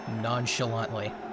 nonchalantly